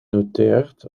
noteert